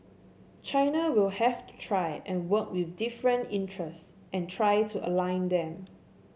China will have to try and work with different interests and try to align them